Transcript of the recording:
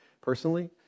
personally